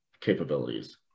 capabilities